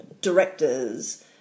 directors